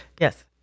Yes